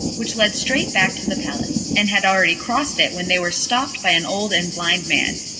which led straight back to the palace, and had already crossed it, when they were stopped by an old and blind man,